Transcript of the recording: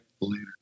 Later